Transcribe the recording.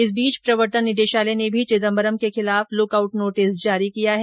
इस बीच प्रवर्तन निदेशालय ने भी चिदम्बरम के खिलाफ लुक आउट नोटिस जारी किया है